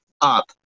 Up